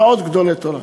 ועוד גדולי תורה.